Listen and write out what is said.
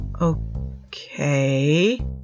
Okay